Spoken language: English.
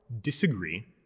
Disagree